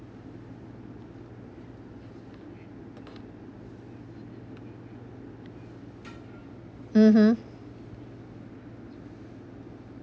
mmhmm